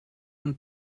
von